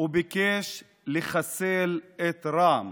וביקש לחסל את רע"מ